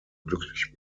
glücklich